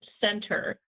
center